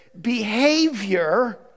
Behavior